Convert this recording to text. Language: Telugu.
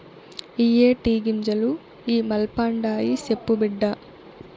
ఇయ్యే టీ గింజలు ఇ మల్పండాయి, సెప్పు బిడ్డా